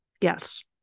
Yes